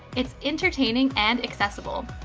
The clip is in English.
it's entertaining and accessible.